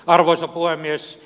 arvoisa puhemies